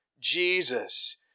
Jesus